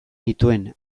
nituen